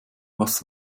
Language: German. was